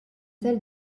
salles